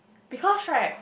because right